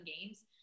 games